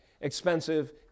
expensive